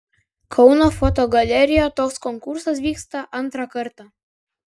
kauno fotogalerijoje toks konkursas vyksta antrą kartą